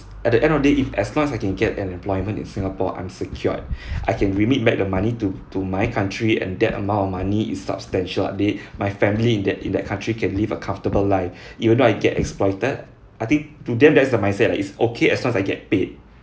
at the end of day if as long as I can get an employment in singapore I'm secured I can remit back the money to to my country and that amount of money is substantial they my family in that in that country can live a comfortable life even though I get exploited I think to them that's the mindset lah it's okay as long as I get paid